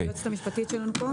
היועצת המשפטית שלנו כאן.